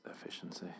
efficiency